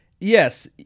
yes